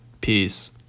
Peace